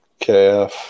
KF